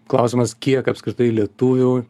klausimas kiek apskritai lietuvių